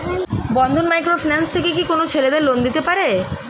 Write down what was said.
বন্ধন micro finance থেকে কি কোন ছেলেদের লোন দিতে পারে?